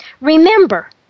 Remember